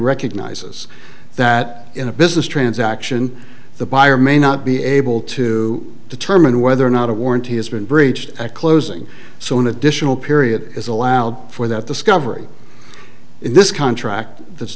recognizes that in a business transaction the buyer may not be able to determine whether or not a warranty has been breached at closing so an additional period is allowed for that discovery in this contract th